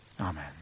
Amen